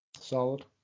Solid